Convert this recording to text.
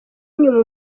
inyuma